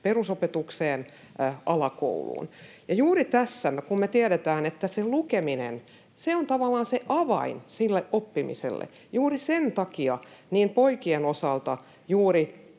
perusopetukseen alakouluun. Kun me tiedetään, että juuri lukeminen on tavallaan avain oppimiselle, niin juuri sen takia juuri poikien osalta tämä